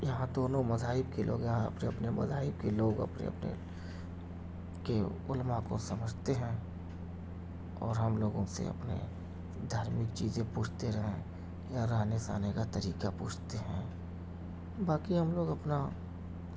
یہاں دونوں مذاہب کے لوگ یہاں اپنے اپنے مذاہب کے لوگ اپنے اپنے کے علما کو سمجھتے ہیں اور ہم لوگوں سے اپنے دھارمک چیزیں پوچھتے ہیں یا رہنے سہنے کا طریقہ پوچھتے ہیں باقی ہم لوگ اپنا